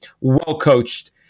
well-coached